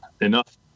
enough